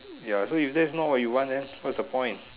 ya so if that's not what you want what's the point